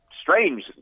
strange